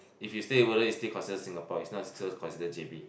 if you stay in Woodlands it's still considered Singapore it's not considered J_B